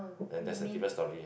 then that's a different story eh